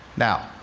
now.